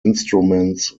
instruments